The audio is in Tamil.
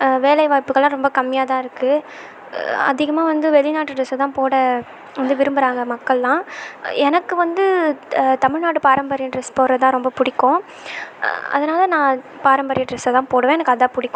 வேலை வாய்ப்புகள் எல்லாம் ரொம்ப கம்மியாக தான் இருக்கு அதிகமாக வந்து வெளிநாட்டு ட்ரெஸை தான் போட வந்து விரும்புறாங்க மக்கள் எல்லாம் எனக்கு வந்து தா தமிழ்நாடு பாரம்பரிய ட்ரெஸ் போடுறது தான் ரொம்ப பிடிக்கும் அதனால் நான் பாரம்பரிய ட்ரெஸை தான் போடுவேன் எனக்கு அதான் பிடிக்கும்